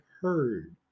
heard